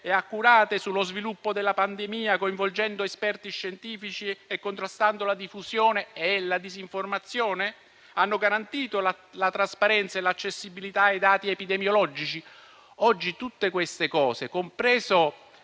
accurate sullo sviluppo della pandemia, coinvolgendo esperti scientifici e contrastando la diffusione e la disinformazione? Hanno garantito la trasparenza e l'accessibilità ai dati epidemiologici? Oggi tutte queste cose, compresa